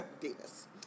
Davis